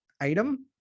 item